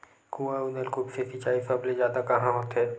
कुआं अउ नलकूप से सिंचाई सबले जादा कहां होथे?